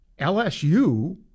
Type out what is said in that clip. LSU